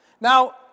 Now